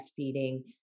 breastfeeding